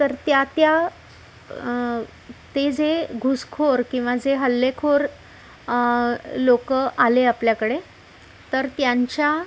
तर त्या त्या ते जे घुसखोर किंवा जे हल्लेखोर लोक आले आपल्याकडे तर त्यांच्या